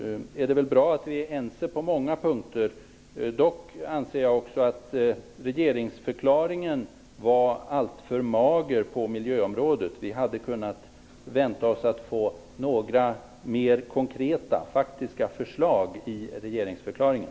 Det är bra att vi är ense på många punkter. Dock anser jag att regeringsförklaringen var alltför mager på miljöområdet. Vi hade kunnat vänta oss att få några mer konkreta, faktiska förslag i regeringsförklaringen.